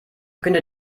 könnte